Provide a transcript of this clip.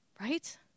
Right